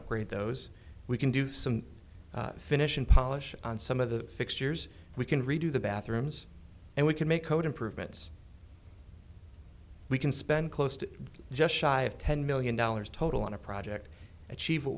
upgrade those we can do some finishing polish on some of the fixtures we can redo the bathrooms and we can make code improvements we can spend close to just shy of ten million dollars total on a project achieve what